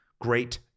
Great